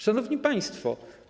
Szanowni Państwo!